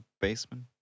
basement